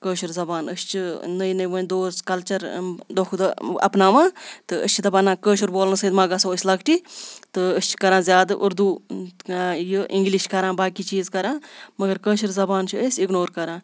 کٲشِر زبان أسۍ چھِ نٔوۍ نٔوۍ وۄنۍ دوس کَلچَر دۄہ کھۄتہٕ دۄہ اَپناوان تہٕ أسۍ چھِ دَپان نہ کٲشُر بولنَس سۭتۍ ما گژھو أسۍ لۄکٔٹۍ تہٕ أسۍ چھِ کَران زیادٕ اردو یہِ اِنگلِش کَران باقٕے چیٖز کَران مگر کٲشِر زبان چھِ أسۍ اِگنور کَران